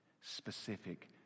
specific